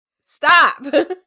Stop